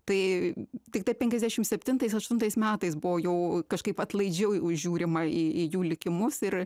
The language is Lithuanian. tai tiktai penkiasdešimt septintais aštuntais metais buvo jau kažkaip atlaidžiau jau žiūrima į į jų likimus ir